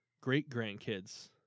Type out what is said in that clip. great-grandkids